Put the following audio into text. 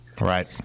Right